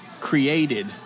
created